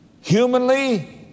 Humanly